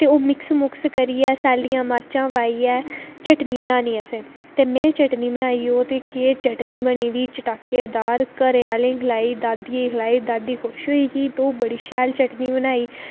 ते ओह् मिक्स करियै सैल्लियां मर्चां पाइयै चटनी बनानी असें ते में ओह् चटनी बनाई केह् चटनी बनी दी ही चटाकेदार घरै आह्लें गी खलाई दादियै गी खलाई दादी खुश होई की तू बड़ी शैल चटनी बनाई